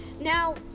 Now